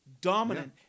dominant